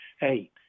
hey